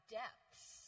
depths